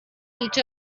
each